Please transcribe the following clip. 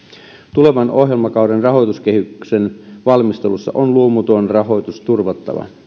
tulevan ohjelmakauden rahoituskehyksen valmistelussa on luomutuen rahoitus turvattava